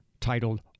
titled